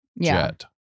jet